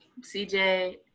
CJ